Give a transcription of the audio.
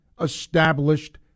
established